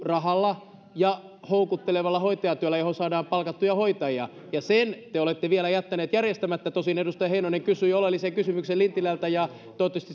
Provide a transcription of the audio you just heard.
rahalla ja houkuttelevalla hoitajan työllä johon saadaan palkattuja hoitajia sen te olette vielä jättäneet järjestämättä tosin edustaja heinonen kysyi oleellisen kysymyksen lintilältä ja toivottavasti